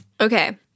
Okay